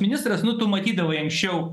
ministras nu tu matydavai anksčiau